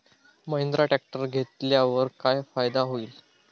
Mahindra tractor घेतल्यावर काय फायदा होईल?